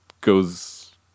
goes